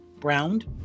Browned